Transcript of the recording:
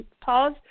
pause